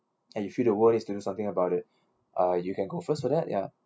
and you feel the world is to do something about it uh you can go first for that ya